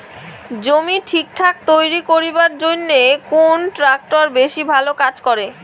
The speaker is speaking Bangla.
জমি ঠিকঠাক তৈরি করিবার জইন্যে কুন ট্রাক্টর বেশি ভালো কাজ করে?